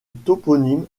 toponyme